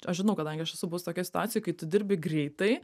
aš žinau kadangi aš esu buvus tokioj situacijoj kai tu dirbi greitai